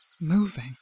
moving